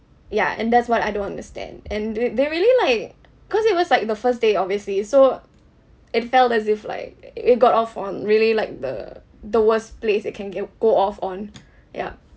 ya and that's what I don't understand and they they really like cause it was like the first day obviously so it felt as if like it got off on really like the the worst place it can get go off on ya